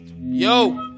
Yo